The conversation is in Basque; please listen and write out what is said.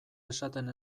esaten